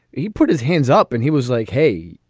he put his hands up and he was like, hey,